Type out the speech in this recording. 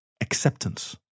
Acceptance